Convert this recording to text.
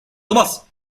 olmaz